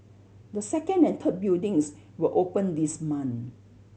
the second and third buildings will open this month